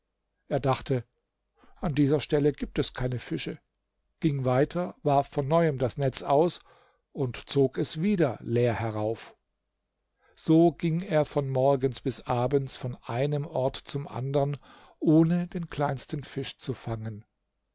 er dachte an dieser stelle gibt es keine fische ging weiter warf von neuem das netz aus und zog es wieder leer herauf so ging er von morgens bis abends vom einem ort zum andern ohne den kleinsten fisch zu fangen